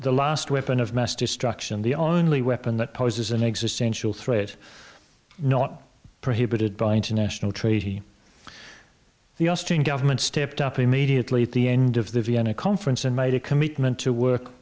the last weapon of mass destruction the only weapon that poses an existential threat not prohibited by international treaty the austrian government stepped up immediately at the end of the vienna conference and made a commitment to work